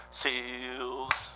seals